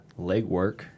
legwork